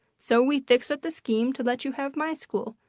so we fixed up the scheme to let you have my school,